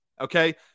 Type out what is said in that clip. Okay